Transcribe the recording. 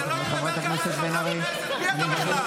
אני מבקש לשבת.